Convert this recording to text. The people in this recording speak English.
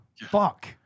fuck